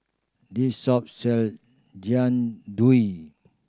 this shop sell Jian Dui